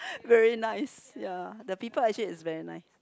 very nice ya the people actually is very nice